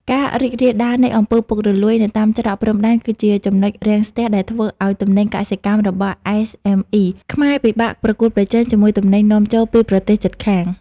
ការរីករាលដាលនៃ អំពើពុករលួយ នៅតាមច្រកព្រំដែន គឺជា ចំណុចរាំងស្ទះ ដែលធ្វើឱ្យទំនិញកសិកម្មរបស់ SME ខ្មែរពិបាកប្រកួតប្រជែងជាមួយទំនិញនាំចូលពីប្រទេសជិតខាង។